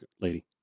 lady